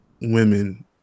women